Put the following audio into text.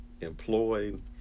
employed